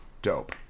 Dope